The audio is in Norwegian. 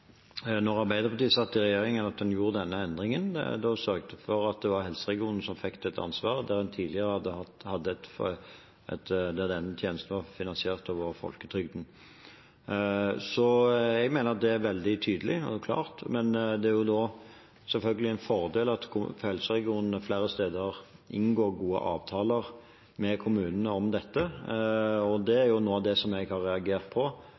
Arbeiderpartiet satt i regjering man gjorde den endringen. Man sørget for at det var helseregionen som fikk dette ansvaret der denne tjenesten tidligere var finansiert over folketrygden. Så jeg mener det er veldig tydelig og klart. Men det er selvfølgelig en fordel at helseregionene flere steder inngår gode avtaler med kommunene om dette. Noe av det jeg har reagert på,